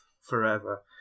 forever